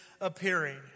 appearing